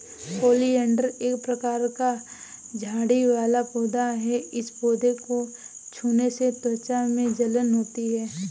oleander एक प्रकार का झाड़ी वाला पौधा है इस पौधे को छूने से त्वचा में जलन होती है